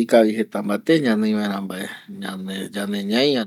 ikavi jeta mbate mbae ñanoi yande ñaia rupi